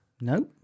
No